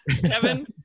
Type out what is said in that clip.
kevin